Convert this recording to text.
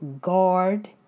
guard